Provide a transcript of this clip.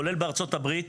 כולל בארצות הברית,